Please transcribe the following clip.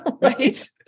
Right